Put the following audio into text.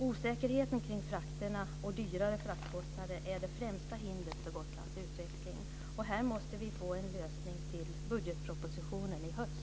Osäkerheten kring frakterna och dyrare fraktkostnader är det främsta hindret för Gotlands utveckling. Här måste vi få en lösning i budgetpropositionen i höst.